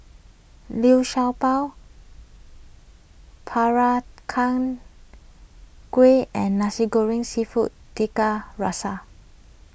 Liu Sha Bao Kueh and Nasi Goreng Seafood Tiga Rasa